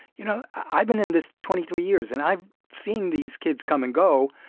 you know, i've been in this twenty three years, and i've seen these kids come and go.